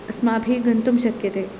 अस्माभिः गन्तुं शक्यते